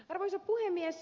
arvoisa puhemies